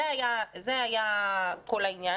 זה היה כל העניין.